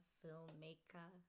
filmmaker